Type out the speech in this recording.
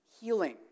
healing